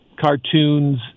cartoons